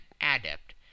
adept